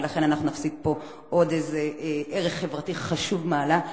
ולכן אנחנו נפסיד פה עוד ערך חברתי חשוב מעלה.